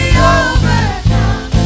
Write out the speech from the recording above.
overcome